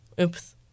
oops